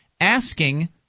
asking